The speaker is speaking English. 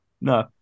No